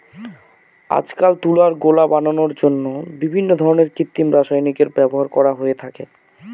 আজকাল তুলার গোলা বানানোর জন্য বিভিন্ন ধরনের কৃত্রিম রাসায়নিকের ব্যবহার করা হয়ে থাকে